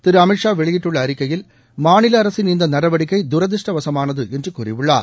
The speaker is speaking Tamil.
திரு அமித் ஷா வெளியிட்டுள்ள அறிக்கையில் மாநில அரசின் இந்த நடவடிக்கை தரதிர்ஷ்டவசமானது என்று கூறியுள்ளார்